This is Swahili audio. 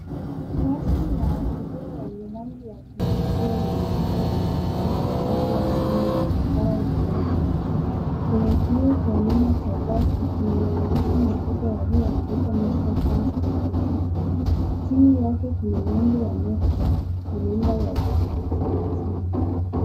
Basi la abiria lenye rangi ya bluu likiwa limeegeshwa kwenye kituo cha basi au kando ya barabara yenye watu wengi . Kwenye kioo cha nyuma cha basi kuna maandishi makubwa yaliyo andikwa metro trans na bendito . Chini yake kuna nembo ya metro na namba ya Usajili.